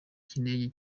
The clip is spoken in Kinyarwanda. cy’indege